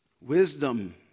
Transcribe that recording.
Wisdom